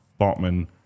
Bartman